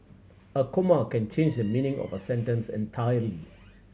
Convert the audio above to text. a comma can change the meaning of a sentence entirely